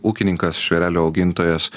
ūkininkas žvėrelių augintojas